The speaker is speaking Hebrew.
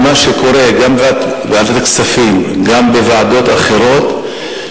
ממה שקורה גם בוועדת הכספים וגם בוועדות אחרות,